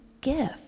gift